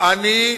זו בדיוק הנקודה.